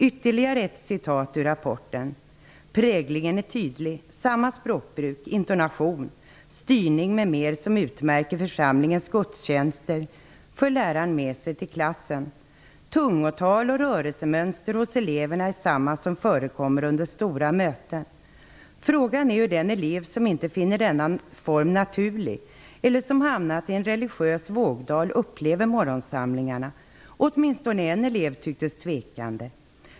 Ytterligare ett citat ur rapporten: ''Präglingen är tydlig. Samma språkbruk, intonation, styrning m.m. som utmärker församlingens gudsjänster för läraren med sig till klassen. Tungotal och rörelsemönster hos eleverna är samma som förekommer under stora möten. Frågan är hur den elev som inte finner denna form naturlig eller som hamnat i en religiös vågdal upplever morgonsamlingarna. Åtminstone en elev tycktes tvekande.